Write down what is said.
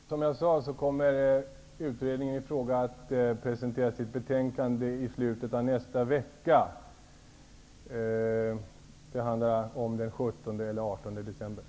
Herr talman! Precis som jag sade, kommer utredningen i fråga att presenteras i ett betänkande i slutet av nästa vecka, den 17 eller den 18